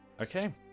Okay